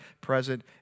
present